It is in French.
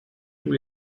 tous